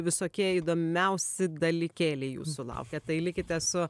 visokie įdomiausi dalykėliai jūsų laukia tai likite su